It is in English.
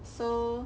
so